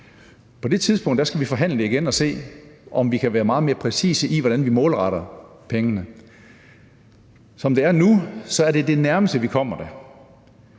På det tidspunkt skal vi forhandle det igen og se, om vi kan være meget mere præcise i, hvordan vi målretter pengene. Som det er nu, er det det nærmeste, vi kommer det.